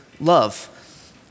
love